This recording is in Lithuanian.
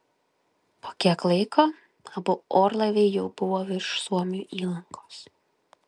po kiek laiko abu orlaiviai jau buvo virš suomių įlankos